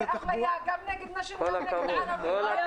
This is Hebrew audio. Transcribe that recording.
זו אפליה, גם נגד נשים וגם נגד ערבים...